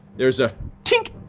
there is a tink!